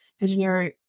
engineering